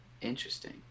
Interesting